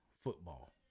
football